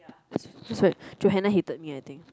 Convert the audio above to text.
it's like Johanna hated me I think